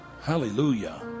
Hallelujah